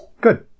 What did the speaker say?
Good